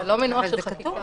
זה לא מינוח של חקיקה.